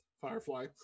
firefly